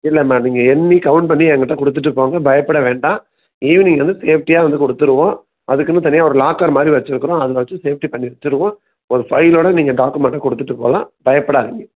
இல்லைம்மா நீங்கள் எண்ணி கௌண்ட் பண்ணி என்கிட்ட கொடுத்துட்டு போங்க பயப்பட வேண்டாம் ஈவினிங் வந்து சேஃப்டியாக வந்து கொடுத்துருவோம் அதுக்குனு தனியாக ஒரு லாக்கர் மாதிரி வச்சிருக்குறோம் அதில் வச்சி சேஃப்டி பண்ணி வச்சிருவோம் ஒரு ஃபைலோடு நீங்கள் டாக்குமெண்டை கொடுத்துட்டு போகலாம் பயப்படாதீங்க